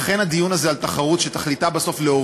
אבל מה שקורה,